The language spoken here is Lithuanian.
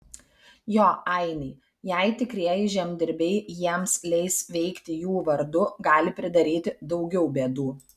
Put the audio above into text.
jo ainiai jei tikrieji žemdirbiai jiems leis veikti jų vardu gali pridaryti daugiau bėdų